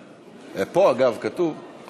בבקשה, אדוני.